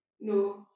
No